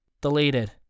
Deleted